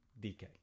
DK